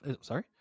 Sorry